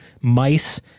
mice